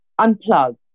unplug